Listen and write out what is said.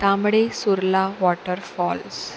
Tambdi Surla waterfalls